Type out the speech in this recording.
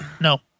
No